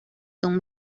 son